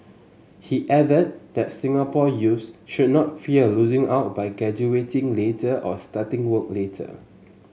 he added that Singapore youths should not fear losing out by graduating later or starting work later